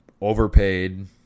Overpaid